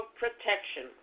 protection